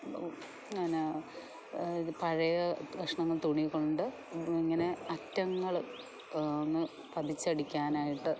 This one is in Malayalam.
ഞാൻ പഴയ കഷ്ണം തുണികൊണ്ട് ഇങ്ങനെ അറ്റങ്ങൾ ഒന്ന് പതിച്ചടിക്കാനായിട്ട്